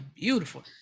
beautiful